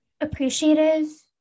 appreciative